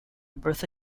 bertha